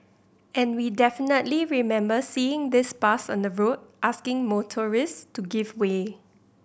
and we definitely remember seeing this bus on the road asking motorists to give way